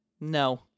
No